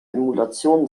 emulation